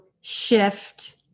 shift